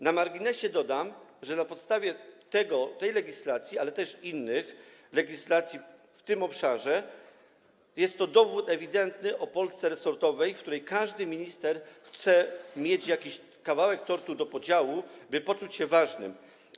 Na marginesie dodam, na podstawie tej legislacji, ale też innych legislacji w tym obszarze, że jest to dowód ewidentny na Polskę resortową, w której każdy minister chce mieć jakiś kawałek tortu do podziału, by poczuć się ważnym.